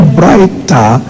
brighter